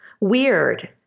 weird